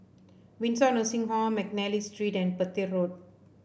Windsor Nursing Home McNally Street and Petir Road